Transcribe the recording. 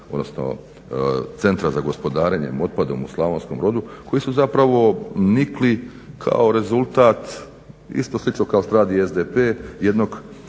odnosno centra za gospodarenje otpadom u Slavonskom brodu koji su zapravo nikli kako rezultat, isto slično kao što radi SDP jednog